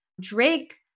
Drake